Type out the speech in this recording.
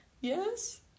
Yes